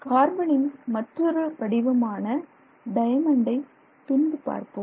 கார்பனின் மற்றொரு வடிவமான டயமண்டை பின்பு பார்ப்போம்